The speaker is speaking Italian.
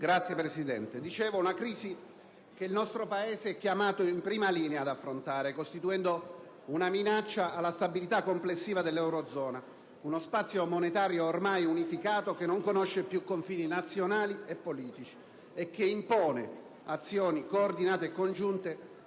dicevo, questa è una crisi che il nostro Paese è chiamato in prima linea ad affrontare, costituendo una minaccia alla stabilità complessiva dell'eurozona, uno spazio monetario ormai unificato che non conosce più confini nazionali e politici e che impone azioni coordinate e congiunte